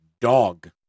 dog